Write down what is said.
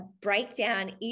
breakdown